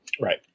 Right